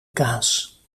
kaas